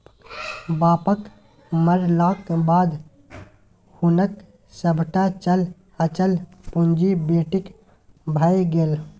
बापक मरलाक बाद हुनक सभटा चल अचल पुंजी बेटीक भए गेल